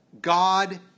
God